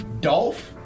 Dolph